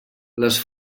les